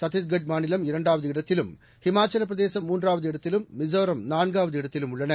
சந்திஷ்கா் மாநிலம் இரண்டாவது இடத்திலும் இமாச்சல பிரதேசம் மூன்றாவது இடத்திலும் மிசோராம் நான்காவது இடத்தில் உள்ளன